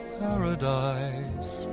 paradise